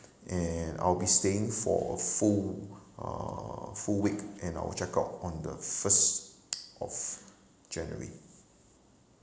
and I'll be staying for full uh full week and I'll check out on the first of january